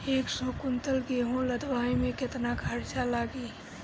एक सौ कुंटल गेहूं लदवाई में केतना खर्चा लागी?